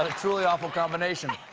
and truly awful combination.